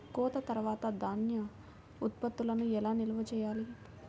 కోత తర్వాత ధాన్య ఉత్పత్తులను ఎలా నిల్వ చేయాలి?